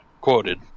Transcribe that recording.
Quoted